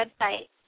website